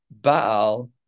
baal